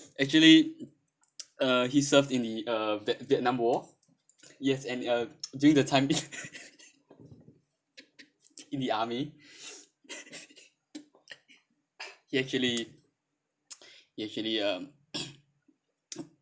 actually uh he served in the uh viet~ vietnam war yes and uh during the time he in the army he actually he actually um